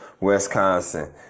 Wisconsin